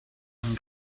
and